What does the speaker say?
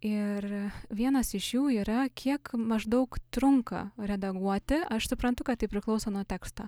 ir vienas iš jų yra kiek maždaug trunka redaguoti aš suprantu kad tai priklauso nuo teksto